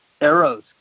arrows